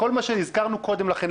כל מה שהזכרנו קודם לכן,